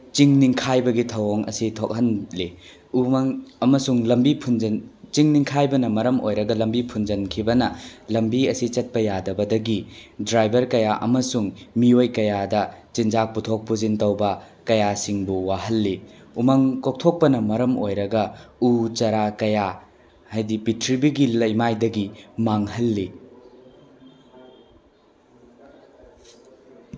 ꯆꯤꯡ ꯅꯤꯡꯈꯥꯏꯕꯒꯤ ꯊꯧꯑꯣꯡ ꯑꯁꯤ ꯊꯣꯛꯍꯜꯂꯤ ꯎꯃꯪ ꯑꯃꯁꯨꯡ ꯂꯝꯕꯤ ꯐꯨꯟꯖꯤꯟꯕ ꯆꯤꯡ ꯅꯤꯡꯈꯥꯏꯕꯅ ꯃꯔꯝ ꯑꯣꯏꯔꯒ ꯂꯝꯕꯤ ꯐꯨꯟꯖꯤꯟꯈꯤꯕꯅ ꯂꯝꯕꯤ ꯑꯁꯤ ꯆꯠꯄ ꯌꯥꯗꯕꯗꯒꯤ ꯗ꯭ꯔꯥꯏꯚꯔ ꯀꯌꯥ ꯑꯃꯁꯨꯡ ꯃꯤꯑꯣꯏ ꯀꯌꯥꯗ ꯆꯤꯟꯖꯥꯛ ꯄꯨꯊꯣꯛ ꯄꯨꯁꯤꯟ ꯇꯧꯕ ꯀꯌꯥ ꯁꯤꯡꯕꯨ ꯋꯥꯍꯜꯂꯤ ꯎꯃꯪ ꯀꯣꯛꯊꯣꯛꯄꯅ ꯃꯔꯝ ꯑꯣꯏꯔꯒ ꯎ ꯆꯥꯔ ꯀꯌꯥ ꯍꯥꯏꯗꯤ ꯄ꯭ꯔꯤꯊꯤꯕꯤꯒꯤ ꯂꯩꯃꯥꯏꯗꯒꯤ ꯃꯥꯡꯍꯜꯂꯤ